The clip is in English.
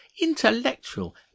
intellectual